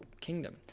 kingdom